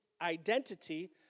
identity